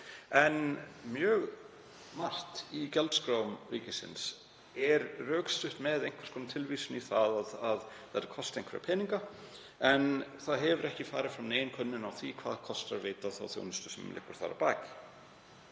En mjög margt í gjaldskrám ríkisins er rökstutt með einhvers konar tilvísun í að það kosti einhverja peninga, en ekki hefur farið fram nein könnun á því hvað kostar að veita þá þjónustu sem liggur þar að baki.